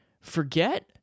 forget